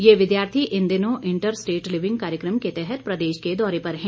ये विद्यार्थी इन दिनों इंटर स्टेट लिविंग कार्यक्रम के तहत प्रदेश के दौरे पर हैं